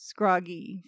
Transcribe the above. Scroggy